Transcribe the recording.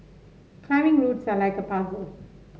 climbing routes are like a puzzle